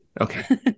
Okay